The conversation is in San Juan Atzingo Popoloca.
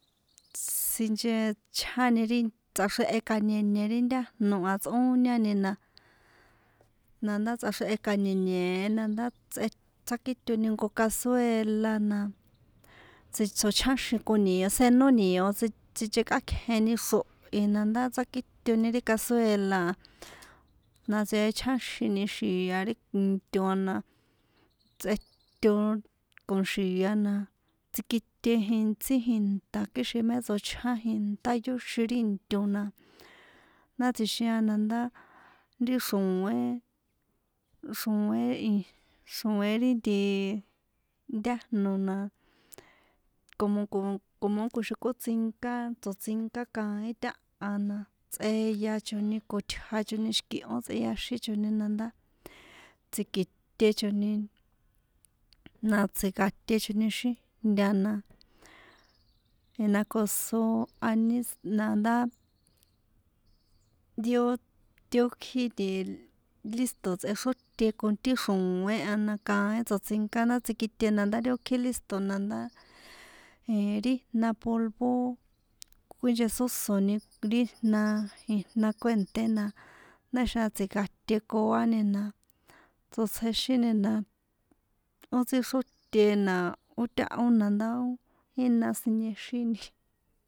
Sinchechjáni ri tsꞌaxrjehe nkañeñe ri ntájno a tsꞌóñani na ndá tsꞌaxrehe ka̱ñeñee na ndá tsꞌe tsjákitoni jnko cazuela na tsi tsochjáxin con nio senó nio tsi tsinchekꞌákjeni xrohi na ndá tsakitoni ri cazuela na tsechjáxini xia ri into na tsꞌeto con xia na tsikite jintsí jinta kixin tsochján inta yíxon ri into na ndá tsjixijan na ndá ri xro̱én xro̱é i ri nti ntájno na como como como ó kjuixin kótsinka tsoṭsínka kaín taha na tseyachoni con tjanchoni xi̱kihó tsꞌeaxinchoni na tsi̱kitechoni na tsꞌinkatechoni xíjnta na na ko so aníz na ndá ri ó ti ó ikji nti lísto̱ tsꞌexróte con ti xro̱eé a na kaín tsoṭsinká ndá tsikite na ndá ri ó ikji lísto̱ na ndá ri ijna polvo kjuínchesósoni ri jna jina kuènté na na̱xa̱ tsinkaṭekuani na tsotsjexíni na ó tsíxrótena ó táho na ó jína siniexíni.